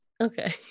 okay